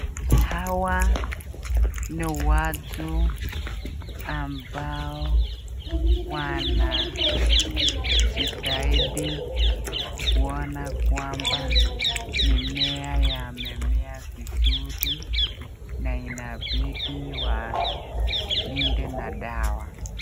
Hawa ni watu ambao wanjitahidi kuona kwamba mimea yamemea vizuri na inabidi walinde na dawa.